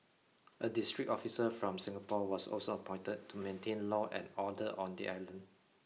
a district officer from Singapore was also appointed to maintain law and order on the island